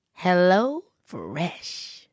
HelloFresh